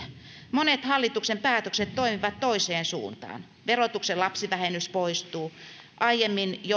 monet hallituksen päätökset toimivat toiseen suuntaan verotuksen lapsivähennys poistuu jo aiemmin